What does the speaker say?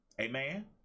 amen